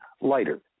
lighter